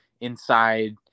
inside